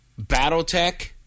Battletech